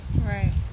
Right